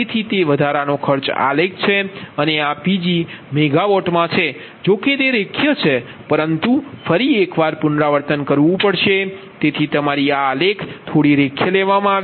તેથી તે વધારાનો ખર્ચ આલેખ છે અને આ Pg મેગાવાટ છે જોકે તે રેખીય છે પરંતુ ફરી એક વાર પુનરાવર્તન કરવું પડશે તેથી તમારી આ આલેખ થોડી રેખીય લેવામાં આવી છે